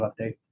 update